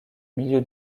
milieu